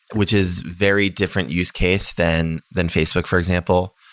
which is very different use case than than facebook, for example.